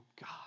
God